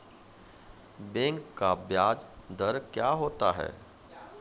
Bank का ब्याज दर क्या होता हैं?